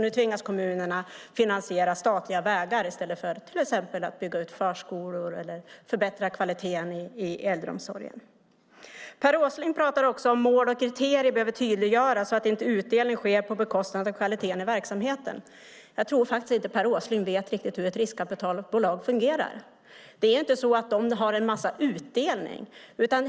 Nu tvingas kommunerna finansiera statliga vägar i stället för att till exempel bygga ut förskolor eller förbättra kvaliteten i äldreomsorgen. Per Åsling pratar också om att mål och kriterier behöver tydliggöras så att inte utdelning sker på bekostnad av kvaliteten i verksamheten. Jag tror faktiskt inte att Per Åsling vet riktigt hur ett riskkapitalbolag fungerar. Det är inte så att det har en stor utdelning.